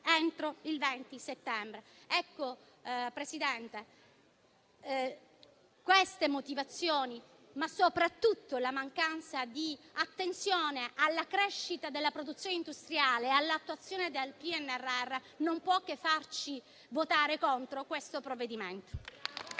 entro il 20 settembre. Ecco, Presidente, queste motivazioni, ma soprattutto la mancanza di attenzione alla crescita della produzione industriale e all'attuazione del PNRR, non possono che farci votare contro questo provvedimento.